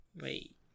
Wait